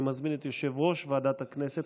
אני מזמין את יושב-ראש ועדת הכנסת,